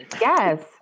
Yes